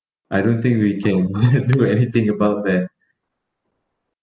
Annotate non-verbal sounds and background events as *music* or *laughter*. I don't think we can *laughs* do anything about that